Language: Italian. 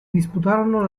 disputarono